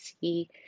see